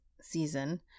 season